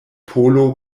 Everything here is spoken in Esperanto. polo